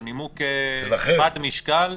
הוא נימוק כבד משקל,